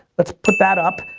let's put that up.